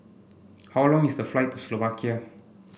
how long is the flight to Slovakia